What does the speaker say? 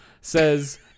says